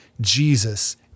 Jesus